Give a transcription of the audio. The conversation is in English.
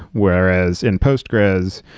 whereas in postgres,